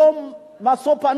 בדרך כלל ללא משוא פנים,